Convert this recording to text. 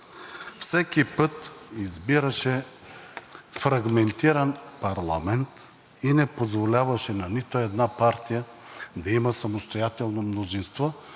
всеки път избираше фрагментиран парламент и не позволяваше на нито една партия да има самостоятелно мнозинство.